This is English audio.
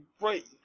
right